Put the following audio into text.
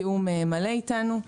בתיאום מלא איתנו.